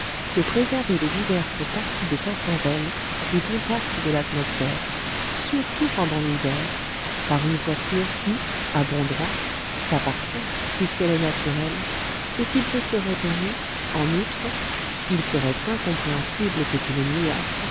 de préserver les diverses parties de ta cervelle du contact de l'atmosphère surtout pendant l'hiver par une coiffure qui à bon droit t'appartient puisqu'elle est naturelle et qu'il te serait permis en outre